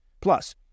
Plus